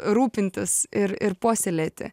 rūpintis ir ir puoselėti